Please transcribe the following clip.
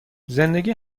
زندگی